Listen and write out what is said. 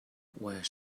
where